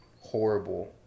horrible